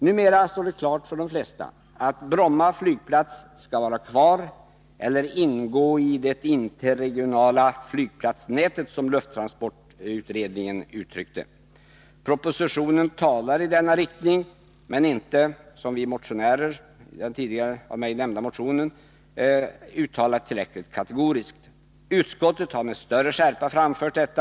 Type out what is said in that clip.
Numera står det klart för de flesta att Bromma flygplats skall vara kvar eller ingå i det interregionala flygplatsnätet, som lufttransportutredningen har uttryckt det. Propositionen talar i denna riktning, men vi motionärer i den av mig tidigare nämnda motionen anser inte att uttalandet är tillräckligt kategoriskt. Utskottet har med större skärpa framfört detta.